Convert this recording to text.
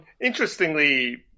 Interestingly